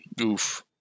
oof